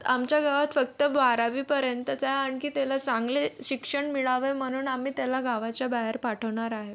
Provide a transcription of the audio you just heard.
आमच्या गावात फक्त बारावीपर्यंतच आहे आणखी त्याला चांगले शिक्षण मिळावे म्हणून आम्ही त्याला गावाच्या बाहेर पाठवणार आहे